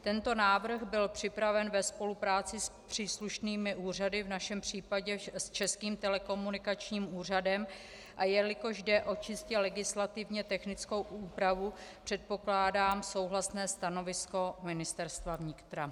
Tento návrh byl připraven ve spolupráci s příslušnými úřady, v našem případě s Českým telekomunikačním úřadem, a jelikož jde o čistě legislativně technickou úpravu, předpokládám souhlasné stanovisko Ministerstva vnitra.